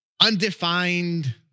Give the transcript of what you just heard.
undefined